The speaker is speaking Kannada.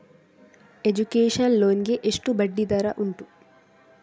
ಎಜುಕೇಶನ್ ಲೋನ್ ಗೆ ಎಷ್ಟು ಬಡ್ಡಿ ದರ ಉಂಟು?